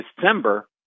December